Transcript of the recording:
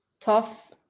tough